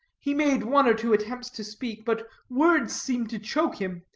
he made one or two attempts to speak, but words seemed to choke him.